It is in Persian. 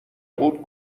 بود